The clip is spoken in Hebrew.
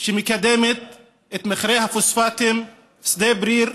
שמקדמת את מכרה הפוספטים, שדה בריר,